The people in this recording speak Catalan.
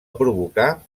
provocar